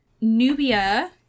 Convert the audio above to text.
Nubia